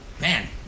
Man